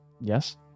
yes